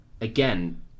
again